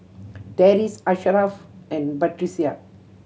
Deris Asharaff and Batrisya